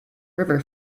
river